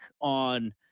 on